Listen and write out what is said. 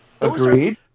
Agreed